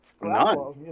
None